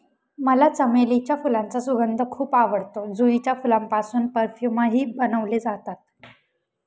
मला चमेलीच्या फुलांचा सुगंध खूप आवडतो, जुईच्या फुलांपासून परफ्यूमही बनवले जातात